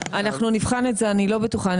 אנחנו נבחן את זה, אני לא בטוחה.